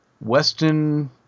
Weston